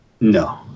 no